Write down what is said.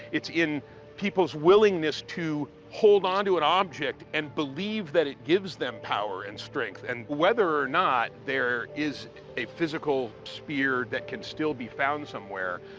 it's in people's willingness to hold onto an object and believe that it gives them power and strength. and whether or not there is a physical spear that can still be found somewhere,